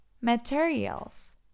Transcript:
Materials